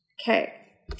Okay